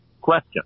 question